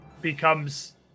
becomes